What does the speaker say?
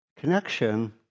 connection